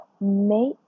make